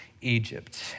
Egypt